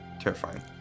terrifying